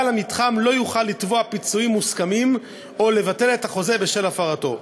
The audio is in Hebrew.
בעל המתחם לא יוכל לתבוע פיצויים מוסכמים או לבטל את החוזה בשל הפרתו.